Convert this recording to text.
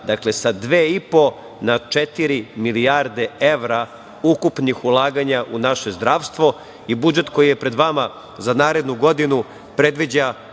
dakle sa dve i po na četiri milijarde evra ukupnih ulaganja u naše zdravstvo. Budžet koji je pred vama za narednu godinu predviđa